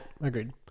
agreed